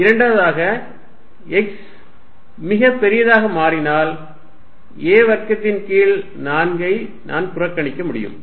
இரண்டாவதாக x மிகப் பெரியதாக மாறினால் a வர்க்கத்தின் கீழ் 4 கை நான் புறக்கணிக்க முடியும்